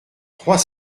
trois